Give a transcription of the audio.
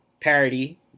parody